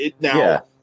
Now